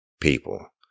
people